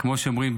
כמו שאומרים,